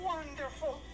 Wonderful